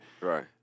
Right